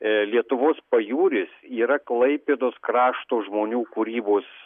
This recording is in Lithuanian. lietuvos pajūris yra klaipėdos krašto žmonių kūrybos